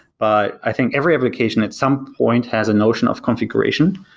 but i think every application, at some point, has a notion of configuration.